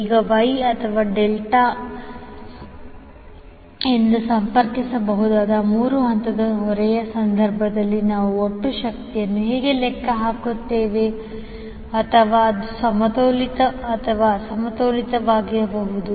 ಈಗ ವೈ ಅಥವಾ ಡೆಲ್ಟಾ ಎಂದು ಸಂಪರ್ಕಿಸಬಹುದಾದ ಮೂರು ಹಂತದ ಹೊರೆಯ ಸಂದರ್ಭದಲ್ಲಿ ನಾವು ಒಟ್ಟು ಶಕ್ತಿಯನ್ನು ಹೇಗೆ ಲೆಕ್ಕ ಹಾಕುತ್ತೇವೆ ಅಥವಾ ಅದು ಸಮತೋಲಿತ ಅಥವಾ ಅಸಮತೋಲಿತವಾಗಬಹುದು